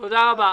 תודה רבה.